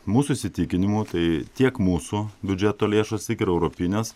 mūsų įsitikinimu tai tiek mūsų biudžeto lėšos tiek ir europinės